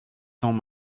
cents